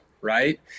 right